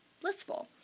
blissful